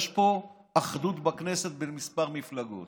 יש פה אחדות בכנסת בין כמה מפלגות,